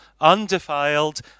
undefiled